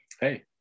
Hey